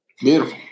Beautiful